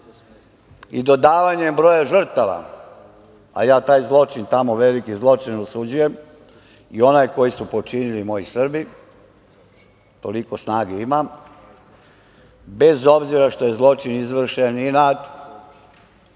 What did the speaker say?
i dodavanjem broja žrtava, a ja taj zločin tamo, veliki zločin osuđujem i onaj koji su počinili moji Srbi, toliko snage imam, bez obzira što je zločin izvršen u inat,